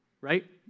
right